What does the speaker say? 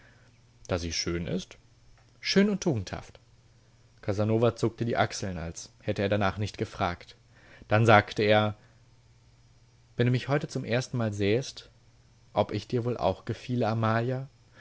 da sie schön ist schön und tugendhaft casanova zuckte die achseln als hätte er danach nicht gefragt dann sagte er wenn du mich heute zum erstenmal sähest ob ich dir wohl auch gefiele amalia